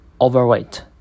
Overweight